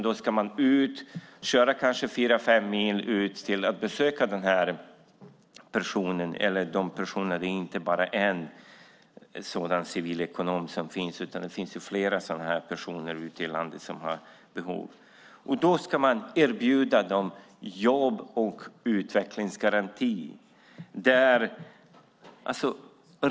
Då ska man köra ut och besöka de personer det handlar om - det är inte bara fallet med den här civilekonomen, utan det finns flera personer ute i landet som har behov av detta - och erbjuda dem jobb och utvecklingsgaranti.